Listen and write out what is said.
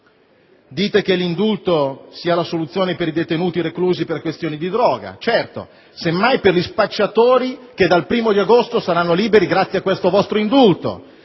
Dite che l'indulto sia la soluzione per i detenuti reclusi per questioni di droga. Certo, semmai per gli spacciatori che dal primo di agosto saranno liberi grazie a questo vostro indulto.